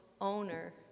owner